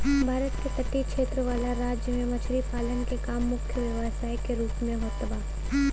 भारत के तटीय क्षेत्र वाला राज्य में मछरी पालन के काम मुख्य व्यवसाय के रूप में होत बा